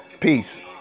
Peace